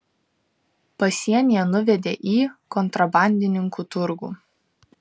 pasienyje nuvedė į kontrabandininkų turgų